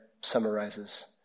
summarizes